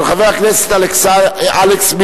של חבר הכנסת אלכס מילר.